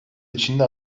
içinde